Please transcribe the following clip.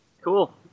Cool